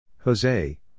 Jose